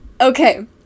Okay